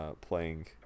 playing